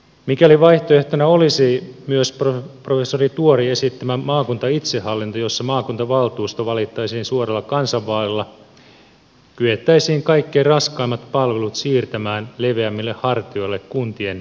mikäli vaihtoehtona olisi myös professori tuorin esittämä maakuntaitsehallinto jossa maakuntavaltuusto valittaisiin suoralla kansanvaalilla kyettäisiin kaikkein raskaimmat palvelut siirtämään leveämmille hartioille kuntien niin halutessa